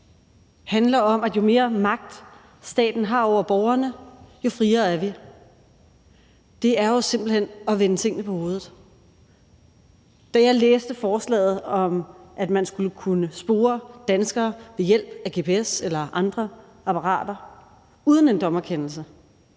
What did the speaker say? handler om, at jo mere magt staten har over borgerne, jo friere er vi. Det er jo simpelt hen at vende tingene på hovedet. Da jeg læste forslaget om, at man skulle kunne spore danskere ved hjælp af gps eller andre apparater uden en dommerkendelse,